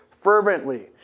fervently